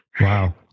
Wow